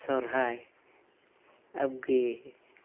ᱥᱚᱨᱦᱟᱭ ᱟᱵᱽᱜᱮ